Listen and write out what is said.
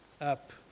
up